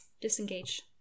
disengage